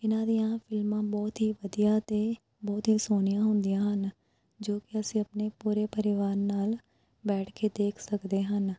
ਇਹਨਾਂ ਦੀਆਂ ਫਿਲਮਾਂ ਬਹੁਤ ਹੀ ਵਧੀਆ ਅਤੇ ਬਹੁਤ ਹੀ ਸੋਹਣੀਆਂ ਹੁੰਦੀਆਂ ਹਨ ਜੋ ਕਿ ਅਸੀਂ ਆਪਣੇ ਪੂਰੇ ਪਰਿਵਾਰ ਨਾਲ ਬੈਠ ਕੇ ਦੇਖ ਸਕਦੇ ਹਨ